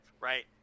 right